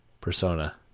Persona